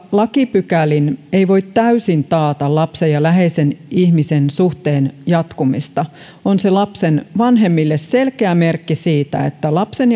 lakipykälin ei voi täysin taata lapsen ja läheisen ihmisen suhteen jatkumista on se lapsen vanhemmille selkeä merkki siitä että lapsen